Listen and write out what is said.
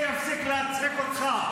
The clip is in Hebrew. מספקת להם נשק ונותנת להם חסינות.